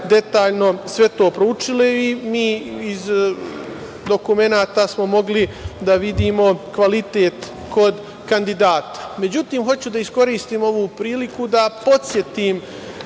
detaljno sve to proučili. Mi smo iz dokumenata mogli da vidimo kvalitet kod kandidata.Međutim, hoću da iskoristim ovu priliku da podsetim